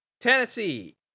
Tennessee